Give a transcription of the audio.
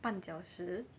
绊脚石